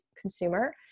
consumer